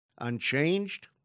Unchanged